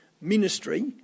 ministry